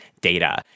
data